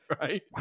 right